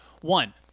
One